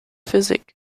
physik